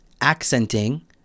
accenting